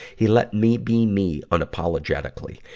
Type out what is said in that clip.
he let me be me unapologetically.